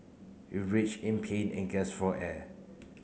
he in pain and gasped for air